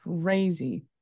Crazy